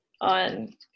on